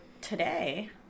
today